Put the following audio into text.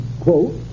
quote